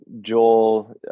Joel